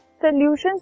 solutions